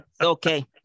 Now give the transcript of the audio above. okay